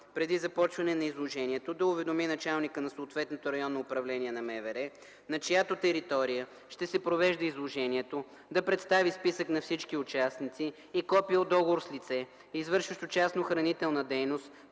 преди започване на изложението да уведоми началника на съответното РУ на МВР, на чиято територия ще се провежда изложението, да представи списък на всички участници и копие от договор с лице, извършващо частна охранителна дейност